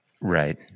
Right